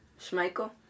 Schmeichel